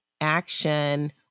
action